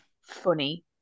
funny